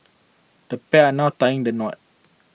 the pair are now tying the knot